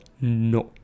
no